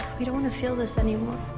we don't want to feel this anymore.